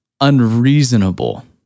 unreasonable